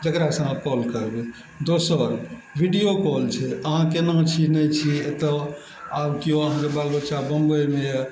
जकरासँ अहाँ कॉल करबय दोसर वीडियो कॉल छै अहाँ केना छी नै छी एतय आब केओ अहाँके बाल बच्चा बम्बइमे यऽ